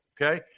okay